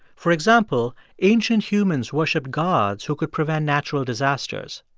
for example, ancient humans worshipped gods who could prevent natural disasters.